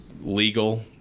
legal